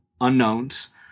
unknowns